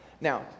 Now